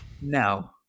no